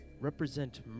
represent